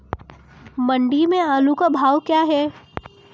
मंडी में आलू का भाव क्या है?